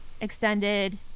extended